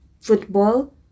football